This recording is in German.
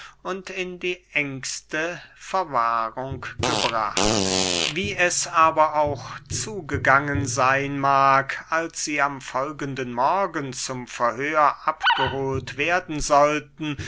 und in die engeste verwahrung gebracht wie es aber auch zugegangen seyn mag als sie am folgenden morgen zum verhör abgehohlt werden sollten